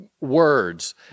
words